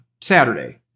Saturday